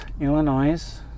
Illinois